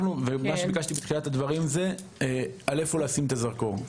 מה שביקשתי בתחילת הדברים זה איפה לשים את הזרקור.